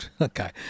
Okay